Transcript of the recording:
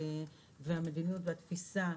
המדיניות והתפיסה,